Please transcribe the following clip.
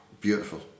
beautiful